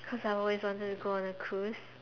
cause I always wanted to go on a Cruise